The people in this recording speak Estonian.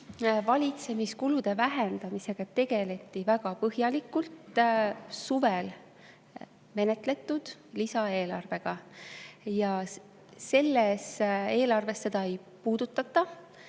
Valitsemiskulude vähendamisega tegeleti väga põhjalikult suvel menetletud lisaeelarves. Selles eelarve [muudatuses] seda ei puudutata,